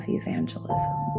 evangelism